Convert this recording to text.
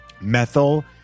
methyl